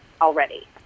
already